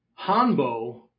Hanbo